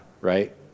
right